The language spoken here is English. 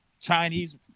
Chinese